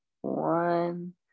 one